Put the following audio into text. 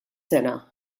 sena